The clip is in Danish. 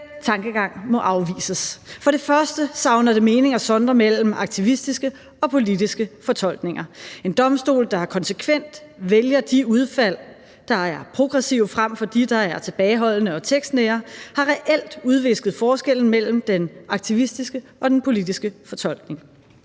tankegang må afvises. For det første savner det mening at sondre mellem aktivistiske og politiske fortolkninger. En domstol, der konsekvent vælger de udfald, der er progressive, frem for dem, der er tilbageholdende og tekstnære, har reelt udvisket forskellene mellem den aktivistiske og den politiske fortolkning.